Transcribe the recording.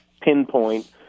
pinpoint